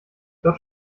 dort